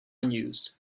unused